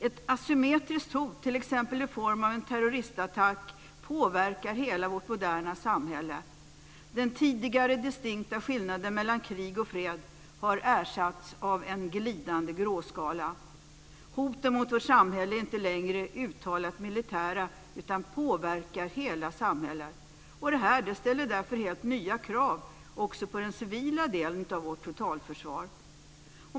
Ett assymetriskt hot, t.ex. i form av en terroristattack, påverkar hela vårt moderna samhälle. Den tidigare distinkta skillnaden mellan krig och fred har ersatts av en glidande gråskala. Hoten mot vårt samhälle är inte längre uttalat militära, utan påverkar hela samhället. Detta ställer därför helt nya krav också på den civila delen av vårt totalförsvar.